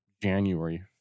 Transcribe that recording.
January